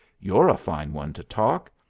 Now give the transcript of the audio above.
you're a fine one to talk!